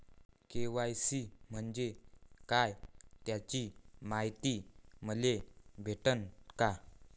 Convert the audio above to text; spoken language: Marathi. के.वाय.सी म्हंजे काय त्याची मायती मले भेटन का?